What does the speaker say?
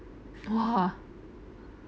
!wah!